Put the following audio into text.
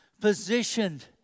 positioned